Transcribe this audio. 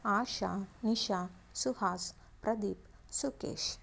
Asha Nisha Suhas Pradeep Sukhesh